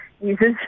uses